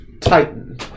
titan